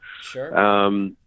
Sure